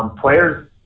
Players